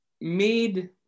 made